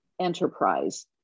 enterprise